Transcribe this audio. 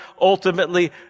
ultimately